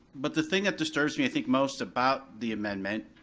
but the thing that disturbs me i think most about the amendment